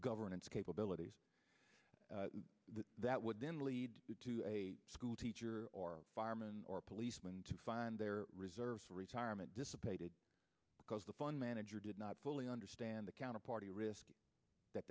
governance capabilities that would then lead to a schoolteacher or fireman or policeman to find their reserves retirement dissipated because the fund manager did not fully understand the counterparty risk that